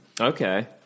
Okay